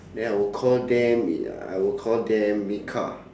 then I will call them wait ah I will call them mika